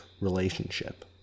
relationship